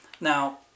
Now